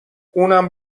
اونم